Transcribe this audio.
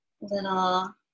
little